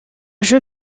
jeu